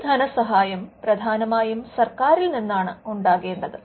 ഈ ധനസഹായം പ്രധാനമായും സർക്കാരിൽ നിന്നാണ് ഉണ്ടാകേണ്ടത്